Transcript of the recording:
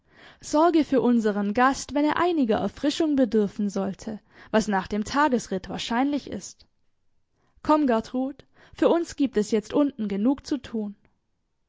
sorge für unseren gast wenn er einiger erfrischung bedürfen sollte was nach dem tagesritt wahrscheinlich ist komm gertrud für uns gibt es jetzt unten genug zu tun